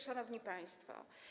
Szanowni Państwo!